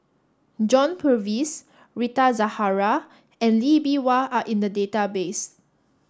John Purvis Rita Zahara and Lee Bee Wah are in the database